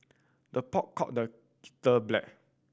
the pot call the kettle black